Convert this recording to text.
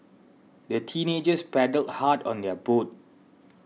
the teenagers paddled hard on their boat